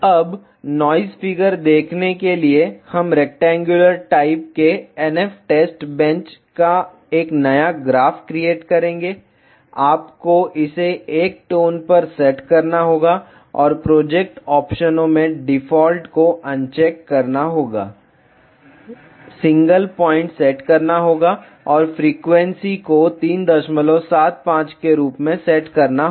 अब noise figure देखने के लिए हम रेक्टेंगुलर टाइप के NF टेस्ट बेंच का एक नया ग्राफ क्रिएट करेंगे आपको इसे 1 टोन पर सेट करना होगा और प्रोजेक्ट ऑप्शनों में डिफ़ॉल्ट को अनचेक करना होगा सिंगल पॉइंट सेट करना होगा और फ्रीक्वेंसी को 375 के रूप में सेट करना होगा